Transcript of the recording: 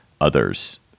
others